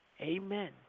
Amen